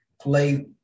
play